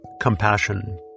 compassion